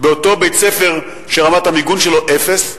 באותו בית-ספר שרמת המיגון שלו אפס?